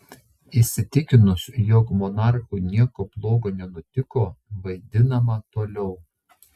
įsitikinus jog monarchui nieko bloga nenutiko vaidinama toliau